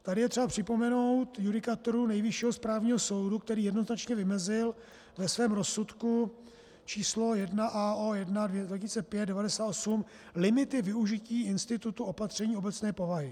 Tady je třeba připomenout judikaturu Nejvyššího správního soudu, který jednoznačně vymezil ve svém rozsudku číslo 1Ao 1/200598 limity využití institutu opatření obecné povahy.